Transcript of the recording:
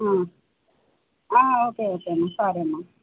okay ఓకేమ్మా సారేమ్మా